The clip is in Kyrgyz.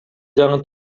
жаңы